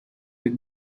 with